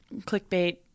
clickbait